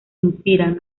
inspiran